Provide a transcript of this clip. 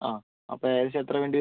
ആ അപ്പോൾ ഏകദേശം എത്ര വേണ്ടി വരും